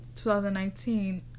2019